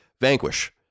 Vanquish